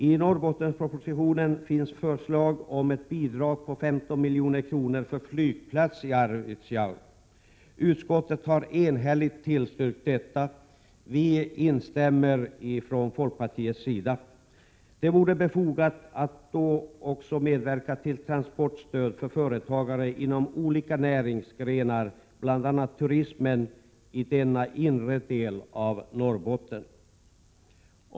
I Norrbottenspropositionen finns förslag om ett bidrag på 15 milj.kr. för flygplats i Arvidsjaur. Utskottet har enhälligt tillstyrkt detta. Vi från folkpartiet instämmer. Det vore befogat att då också medverka till transportstöd för företagare inom olika näringsgrenar, bl.a. turismen, i denna inre del av Norrbotten.